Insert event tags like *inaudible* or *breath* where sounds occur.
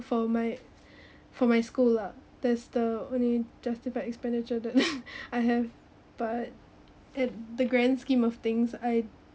for my *breath* for my school lah that's the only justified expenditure that *laughs* I have but at the grand scheme of things I